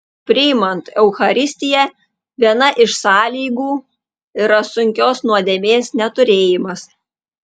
priimant eucharistiją viena iš sąlygų yra sunkios nuodėmės neturėjimas